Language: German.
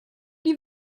die